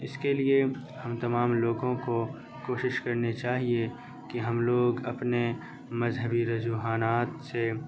اس کے لیے ہم تمام لوگوں کو کوشش کرنی چاہیے کہ ہم لوگ اپنے مذہبی رجوحانات سے